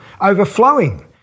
overflowing